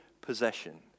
possession